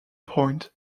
point